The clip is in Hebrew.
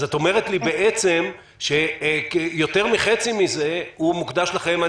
אז את אומרת לי בעצם שיותר מחצי מזה מוקדש לכם.